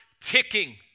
ticking